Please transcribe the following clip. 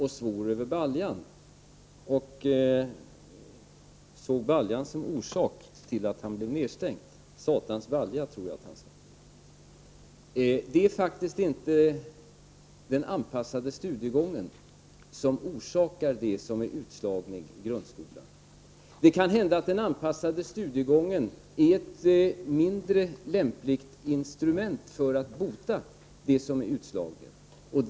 Han såg då baljan som orsak till att han blev nedstänkt. ”Satans balja”, tror jag att han sade. Det är faktiskt inte den anpassade studiegången som orsakar utslagningen i grundskolan. Det kan hända att den anpassade studiegången är ett mindre lämpligt instrument för att råda bot mot utslagningen.